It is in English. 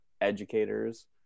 educators